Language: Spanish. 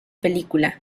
película